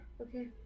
Okay